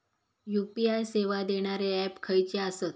UPI सेवा देणारे app खयचे आसत?